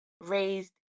raised